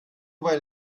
weil